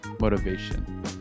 motivation